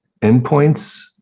endpoints